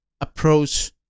approach